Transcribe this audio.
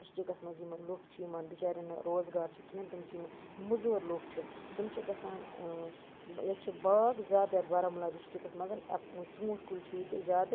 ڈِسٹرکَس مَنٛز یِم لوٗکھ چھِ یِمَن بِچاریٚن نہٕ روزگار چھُ کِہیٖنۍ تِم چھِ یِم مٔزور لُکھ چھِ تِم چھِ گَژھان ییٚتہِ چھِ باغ زیادٕ یَتھ بارامُلا ڈِسٹرکَس مَنٛز ژونٹۍ کُلۍ چھِ ییٚتہِ زیادٕ